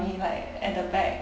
me like at the back